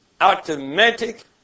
automatic